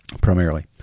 primarily